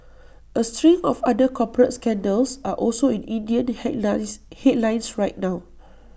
A string of other corporate scandals are also in Indian headlines headlines right now